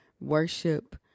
worship